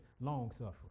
Long-suffering